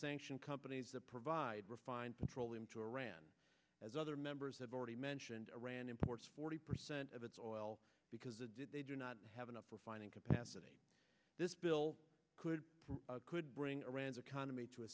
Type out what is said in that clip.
sanction companies that provide refined petroleum to iran as other members have already mentioned iran imports forty percent of its oil because the did they do not have enough for finding capacity this bill could could bring a rans economy to a